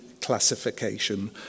classification